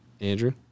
Andrew